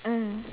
mm